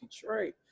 Detroit